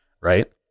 Right